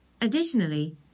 additionally